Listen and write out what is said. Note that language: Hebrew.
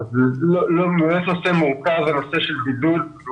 זה נושא מורכב, הנושא של בידוד.